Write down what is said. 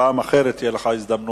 פעם אחרת תהיה לך הזדמנות